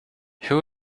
who